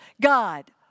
God